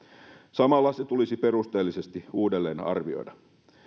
samalla se tulisi perusteellisesti uudelleenarvioida